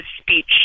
speech